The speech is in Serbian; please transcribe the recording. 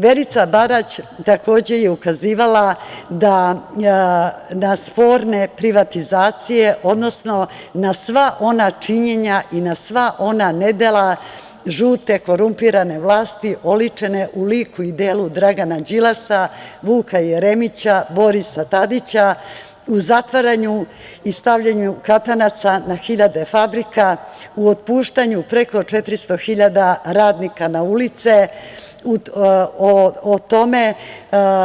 Verica Barać takođe je ukazivala na sporne privatizacije, odnosno na sva ona činjenja i na sva ona nedela žute korumpirane vlasti oličene u liku i delu Dragana Đilasa, Vuka Jeremića, Borisa Tadića u zatvaranju i stavljanju katanaca na hiljade i hiljade fabrika, otpuštanju preko 400 hiljada radnika na ulice, o tome